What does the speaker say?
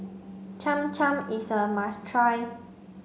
Cham Cham is a must try